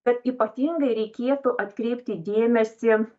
bet ypatingai reikėtų atkreipti dėmesį